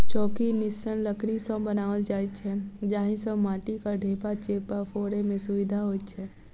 चौकी निस्सन लकड़ी सॅ बनाओल जाइत छै जाहि सॅ माटिक ढेपा चेपा फोड़य मे सुविधा होइत छै